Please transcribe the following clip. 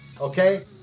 okay